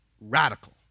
radical